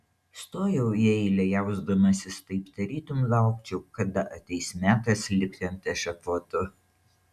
stojau į eilę jausdamasis taip tarytum laukčiau kada ateis metas lipti ant ešafoto